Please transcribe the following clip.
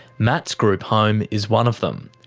matt's group home is one of them.